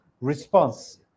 response